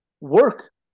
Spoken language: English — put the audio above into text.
work